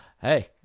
Hey